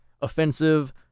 offensive